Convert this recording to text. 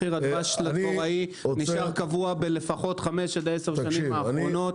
מחיר הדבש לדבוראי נשאר קבוע לפחות 5 עד 10 שנים האחרונות.